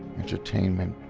entertainment.